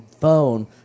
phone